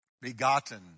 Begotten